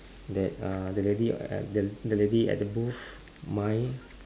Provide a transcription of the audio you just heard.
that uh the ladt at at the lady at the booth my